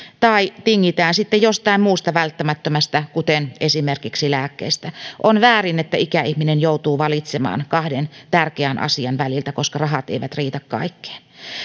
tai tingitään sitten jostain muusta välttämättömästä kuten esimerkiksi lääkkeistä on väärin että ikäihminen joutuu valitsemaan kahden tärkeän asian väliltä koska rahat eivät riitä kaikkeen